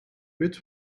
wird